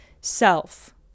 self